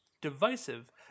divisive